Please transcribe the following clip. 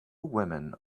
women